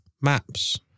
maps